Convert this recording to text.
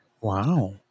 Wow